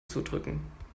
zudrücken